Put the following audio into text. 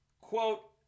quote